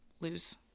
lose